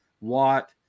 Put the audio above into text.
Watt